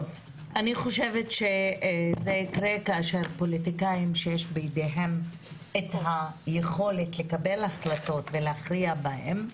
זה יקרה כאשר פוליטיקאים שיש בידיהם יכולת לקבל החלטות ולהכריע בהן,